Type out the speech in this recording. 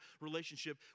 relationship